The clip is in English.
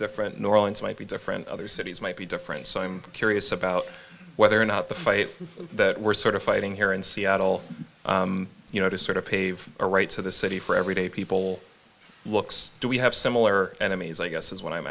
different neurons might be different other cities might be different so i'm curious about whether or not the fight that we're sort of fighting here in seattle you know to sort of pave a rights of the city for everyday people looks do we have similar enemies i guess is what i'm